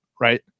right